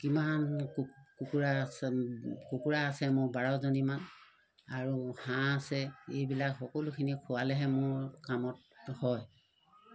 কিমান কুকু কুকুৰা কুকুৰা আছে মোৰ বাৰজনীমান আৰু হাঁহ আছে এইবিলাক সকলোখিনি খোৱালেহে মোৰ কামত হয়